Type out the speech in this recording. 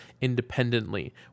independently